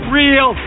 real